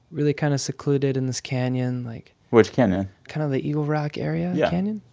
really kind of secluded in this canyon, like. which canyon? kind of the eagle rock area yeah canyon.